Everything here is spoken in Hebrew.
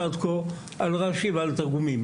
על רש"י ועל תרגומים.